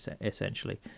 essentially